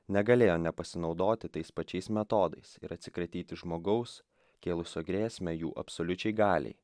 negalėjo nepasinaudoti tais pačiais metodais ir atsikratyti žmogaus kėlusio grėsmę jų absoliučiai galiai